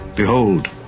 Behold